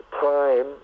time